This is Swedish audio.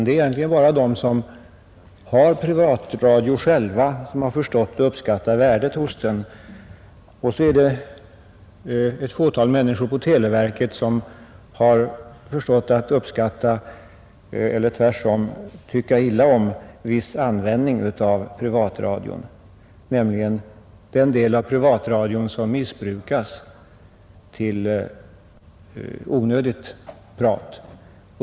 Det är egentligen bara de som har privatradio själva som förstått att uppskatta värdet av den. Därutöver är det ett fåtal människor på televerket som tycker illa om viss användning av privatradion, nämligen då privatradion missbrukas till onödigt prat.